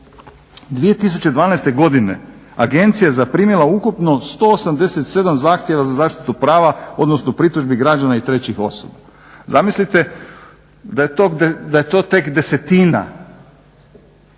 2012.godine agencija je zaprimila ukupno 187 zahtjeva za zaštitu prava odnosno pritužbi građana i trećih osoba. Zamislite da je to tek desetina,